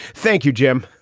thank you, jim.